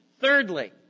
Thirdly